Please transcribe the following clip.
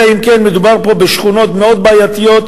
אלא אם כן מדובר פה בשכונות מאוד בעייתיות,